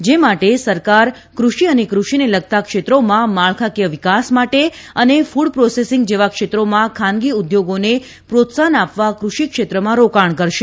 જે માટે સરકાર કૃષિ અને કૃષિને લગતાં ક્ષેત્રોમાં માળખાકીય વિકાસ માટે અને કૂડ પ્રોસેસીંગ જેવા ક્ષેત્રમાં ખાનગી ઉદ્યોગોને પ્રોત્સાહન આપવા કૃષિ ક્ષેત્રમાં રોકાણ કરશે